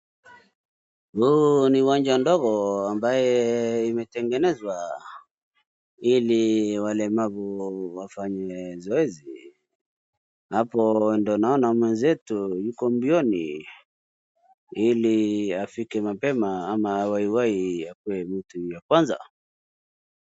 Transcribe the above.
Huu ni uwanja ndogo ambaye imetegenezwa ili walemavu wafanye zoezi. Na hapo ndo naona mwezetu yuko mbioni ili afike mapema ama awaiwai akue mtu ya kwaza.